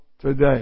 today